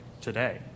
today